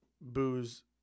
booze